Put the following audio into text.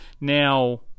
Now